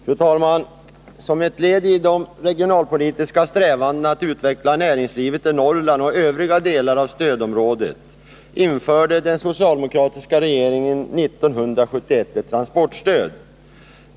Fru talman! Som ett led i de regionalpolitiska strävandena att utveckla näringslivet i Norrland och övriga delar av det allmänna stödområdet införde den socialdemokratiska regeringen år 1971 ett transportstöd.